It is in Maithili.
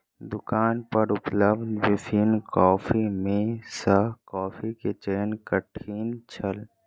दुकान पर उपलब्ध विभिन्न कॉफ़ी में सॅ कॉफ़ी के चयन कठिन छल